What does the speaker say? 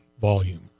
volume